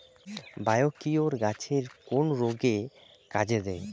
Biocure গাছের কোন রোগে কাজেদেয়?